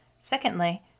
Secondly